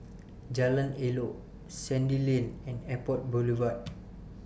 Jalan Elok Sandy Lane and Airport Boulevard